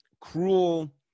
Cruel